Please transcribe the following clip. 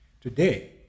today